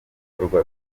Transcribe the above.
ibikorwa